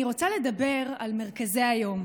אני רוצה לדבר על מרכזי היום.